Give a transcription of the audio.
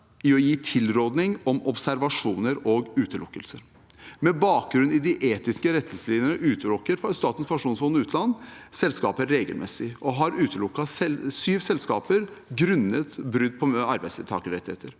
å gi tilråding om observasjoner og utelukkelser. Med bakgrunn i de etiske retningslinjene utelukker Statens pensjonsfond utland selskaper regelmessig, og har utelukket syv selskaper grunnet brudd på arbeidstakerrettigheter.